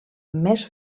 més